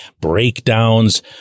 breakdowns